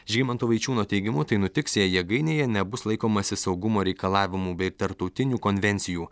žygimanto vaičiūno teigimu tai nutiks jei jėgainėje nebus laikomasi saugumo reikalavimų bei tarptautinių konvencijų